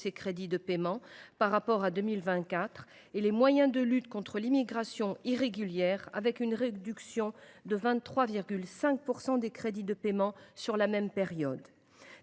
diminuent de 45,4 % par rapport à 2024, et les moyens de lutte contre l’immigration irrégulière, avec une réduction de 23,5 % des crédits de paiement sur la même période.